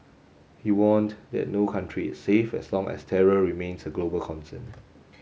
he warned that no country is safe as long as terror remains a global concern